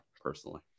personally